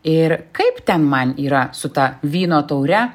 ir kaip ten man yra su ta vyno taure